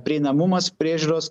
prieinamumas priežiūros